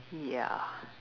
ya